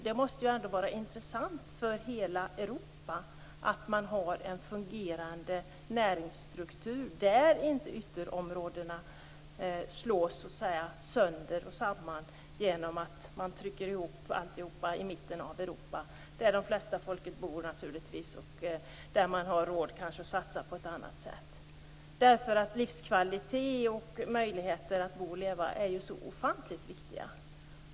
Det måste vara intressant för hela Europa att ha en fungerande näringsstruktur där ytterområdena inte slås sönder och samman genom att trycka ihop allt i mitten av Europa - där de flesta bor och har råd att satsa på ett annat sätt. Livskvalitet och möjligheter att bo och leva är ju ofantligt viktiga.